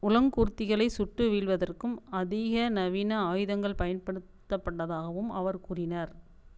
உலங்கூர்திகளை சுட்டு வீழ்வதற்கும் அதிக நவீன ஆயுதங்கள் பயன்படுத்தப்பட்டதாகவும் அவர் கூறினார்